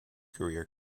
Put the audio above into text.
career